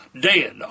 dead